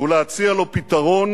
ולהציע לו פתרון,